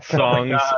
songs